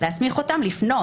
להסמיך אותם לפנות.